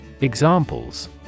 Examples